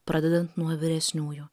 pradedant nuo vyresniųjų